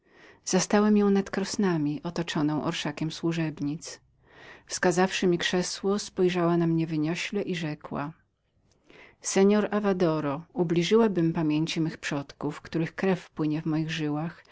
zastałem ją nad krosnami otoczoną orszakiem służebnic wskazawszy mi krzesło przybrała postać niesłychanie dumną i rzekła seor avadoro ubliżyłabym pamięci mych przodków których krew płynie w moich żyłach